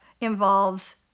involves